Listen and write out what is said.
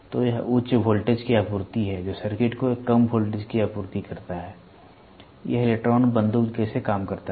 तो यह उच्च वोल्टेज की आपूर्ति है जो सर्किट को कम वोल्टेज की आपूर्ति करता है यह इलेक्ट्रॉन बंदूक कैसे काम करता है